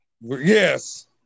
Yes